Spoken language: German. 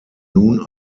nun